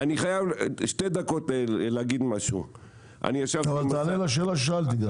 תענה גם לשאלה ששאלתי.